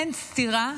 אין סתירה